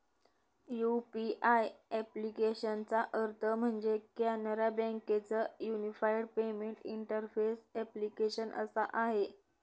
UPI ॲप्लिकेशनचा अर्थ म्हणजे, कॅनरा बँके च युनिफाईड पेमेंट इंटरफेस ॲप्लीकेशन असा आहे